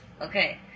Okay